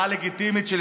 אפשר?